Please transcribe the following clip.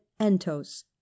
entos